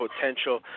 potential